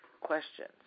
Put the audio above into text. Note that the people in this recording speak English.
questions